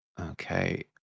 Okay